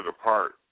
apart